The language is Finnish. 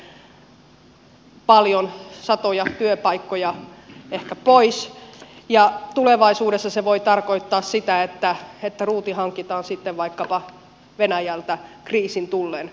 siitäkin lähtee paljon satoja työpaikkoja ehkä pois ja tulevaisuudessa se voi tarkoittaa sitä että ruuti hankitaan sitten vaikkapa venäjältä kriisin tullen